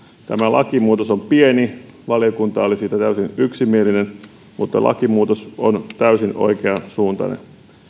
tämä lakimuutos on pieni ja valiokunta oli siitä täysin yksimielinen mutta lakimuutos on täysin oikeansuuntainen